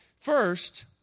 First